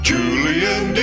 Julian